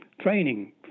training